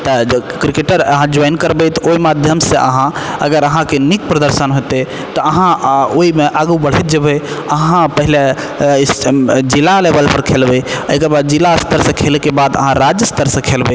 तऽ क्रिकेटर अहाँ जोइन करबै तऽ ओहि माध्यम से अहाँ अगर अहाँके नीक प्रदर्शन हेतै तऽ अहाँ ओहिमे आगू बढ़ैत जेबै अहाँ पहले जिला लेवल पर खेलबै एहिके बाद जिला स्तर से खेलैके बाद अहाँ राज्य स्तर से खेलबै